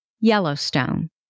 Yellowstone